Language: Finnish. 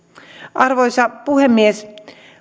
arvoisa puhemies